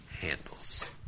handles